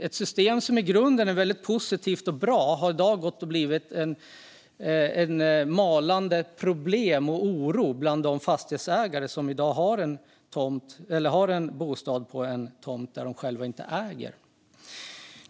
Ett system som i grunden är väldigt positivt och bra har blivit ett malande problem och en oro bland de fastighetsägare som i dag har en bostad på en tomt som de själva inte äger.